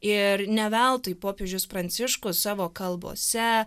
ir ne veltui popiežius pranciškus savo kalbose